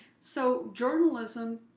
so journalism,